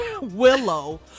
Willow